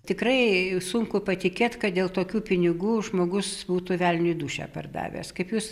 tikrai sunku patikėt kad dėl tokių pinigų žmogus būtų velniui dūšią pardavęs kaip jūs